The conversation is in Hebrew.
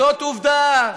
זאת עובדה.